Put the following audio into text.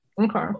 Okay